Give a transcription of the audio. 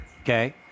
okay